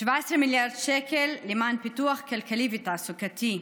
17 מיליארד שקלים למען פיתוח כלכלי ותעסוקתי,